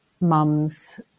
mum's